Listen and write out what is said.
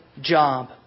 job